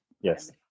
Yes